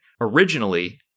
Originally